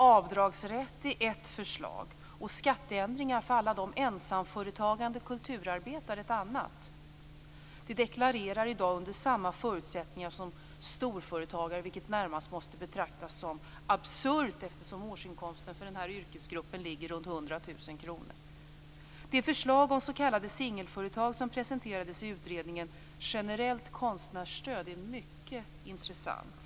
Avdragsrätt är ett förslag och skatteändringar för alla ensamföretagande kulturarbetare ett annat. De deklarerar i dag under samma förutsättningar som storföretagare, vilket närmast måste betraktas som absurt eftersom årsinkomsten för denna yrkesgrupp ligger runt 100 000 kr. Det förslag om s.k. singelföretag som presenterades i utredningen Generella konstnärsstöd är mycket intressant.